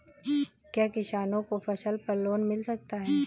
क्या किसानों को फसल पर लोन मिल सकता है?